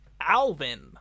Alvin